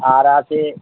আর আছে